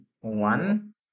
One